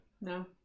No